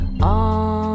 on